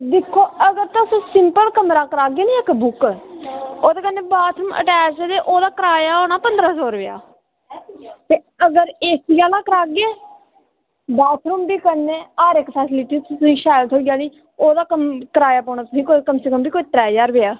दिक्खो अगर तुस सिंपल कमरा करागे निं इक बुक्क ओह्दे कन्नै बाथरूम अटैच ऐ ते ओह्दा कराया होना पंदरां सौ रपेआ ते अगर एसी आह्ला करागे बाथरूम बी कन्नै हर इक फैसिलिटी तुसें ई शैल थ्होई जानी ओह्दा कराया पौना तुसें ई कोई कम से कम त्रै ज्हार रपेआ